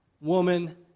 woman